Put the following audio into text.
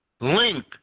link